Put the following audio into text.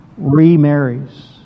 remarries